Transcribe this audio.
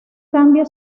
cambio